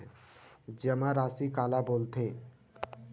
जमा राशि काला बोलथे?